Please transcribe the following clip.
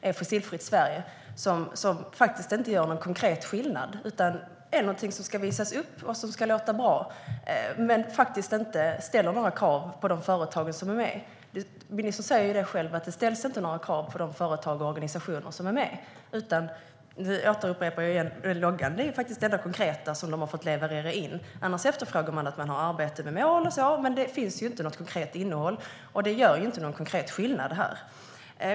Men det gör inte någon konkret skillnad, utan det är någonting som ska låta bra och visas upp. Fast det ställer inga krav på de företag som är med. Ministern själv säger att det inte ställs några krav på dessa företag och organisationer. Jag upprepar: Loggan är faktiskt det enda konkreta som företagen, kommunerna och organisationerna har levererat in. Annars efterfrågar man att det finns uppställda mål och sådant, men något konkret innehåll finns ju inte. Det gör inte heller någon konkret skillnad.